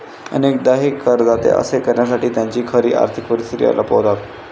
अनेकदा हे करदाते असे करण्यासाठी त्यांची खरी आर्थिक परिस्थिती लपवतात